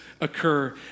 occur